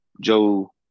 Joe